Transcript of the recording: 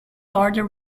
order